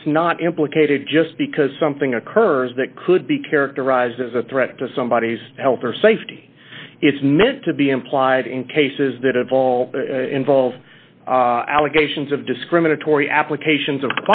it's not implicated just because something occurs that could be characterized as a threat to somebody health or safety it's meant to be implied in cases that involve involve allegations of discriminatory applications of